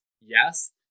Yes